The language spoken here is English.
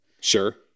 sure